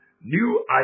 New